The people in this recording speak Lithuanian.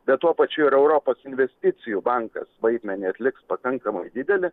bet tuo pačiu ir europos investicijų bankas vaidmenį atliks pakankamai didelį